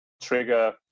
trigger